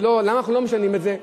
למה אנחנו לא משנים את זה?